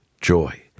joy